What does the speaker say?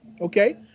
okay